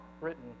written